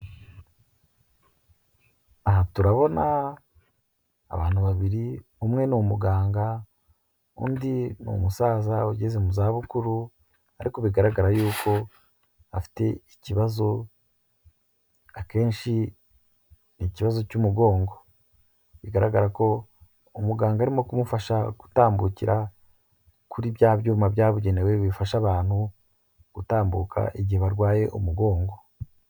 Aha turabona abantu babiri umwe ni umuganga undi ni umusaza ugeze mu za bukuru ariko bigaragara yuko afite ikibazo akenshi ni ikibazo cy'umugongo. Bigaragara ko umuganga arimo kumufasha gutambukira kuri bya byuma byabugenewe, bifasha abantu gutambuka igihe barwaye umugongo.